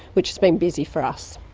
which has been busy for us.